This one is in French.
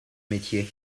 métier